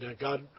God